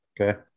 Okay